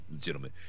gentlemen